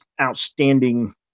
outstanding